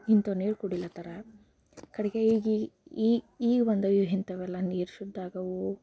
ಇಂಥವು ನೀರು ಕುಡಿಲತ್ತರ ಕಡೆಗೆ ಈಗೀಗ ಈಗ ಬಂದವು ಇಂಥವೆಲ್ಲ ನೀರು ಶುದ್ಧ ಆಗವು